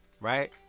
right